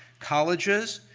colleges,